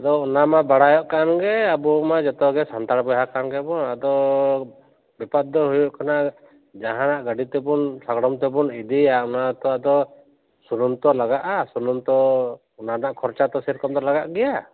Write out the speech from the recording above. ᱟᱫᱚ ᱚᱱᱟᱢᱟ ᱵᱟᱲᱟᱭᱚᱜ ᱠᱟᱱ ᱜᱮ ᱟᱵᱚ ᱢᱟ ᱡᱚᱛᱚ ᱜᱮ ᱥᱟᱱᱛᱟᱲ ᱵᱚᱭᱦᱟ ᱠᱟᱱ ᱜᱮᱭᱟ ᱵᱚᱱ ᱟᱫᱚ ᱵᱮᱯᱟᱨ ᱫᱚ ᱦᱩᱭᱩᱜ ᱠᱟᱱᱟ ᱡᱟᱦᱟᱱᱟᱜ ᱜᱟᱹᱰᱤ ᱛᱮᱵᱚᱱ ᱥᱟᱜᱟᱲᱚᱢ ᱛᱮᱵᱚᱱ ᱤᱫᱤᱭᱟ ᱚᱱᱟᱛᱚ ᱟᱫᱚ ᱥᱩᱱᱩᱢ ᱛᱚ ᱞᱟᱜᱟᱜᱼᱟ ᱥᱩᱱᱩᱢ ᱛᱚ ᱚᱱᱟ ᱨᱮᱱᱟᱜ ᱠᱷᱚᱨᱪᱟ ᱛᱚ ᱥᱮᱨᱚᱠᱚᱢ ᱞᱟᱜᱟᱜ ᱜᱮᱭᱟ